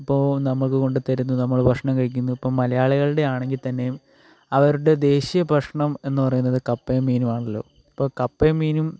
ഇപ്പോൾ നമുക്ക് കൊണ്ട് തരുന്നു നമ്മൾ ഭക്ഷണം കഴിക്കുന്നു ഇപ്പം മലയാളികളുടെയാണെങ്കിൽ തന്നെയും അവരുടെ ദേശീയ ഭക്ഷണം എന്ന് പറയുന്നത് കപ്പയും മീനും ആണല്ലോ അപ്പോൾ കപ്പയും മീനും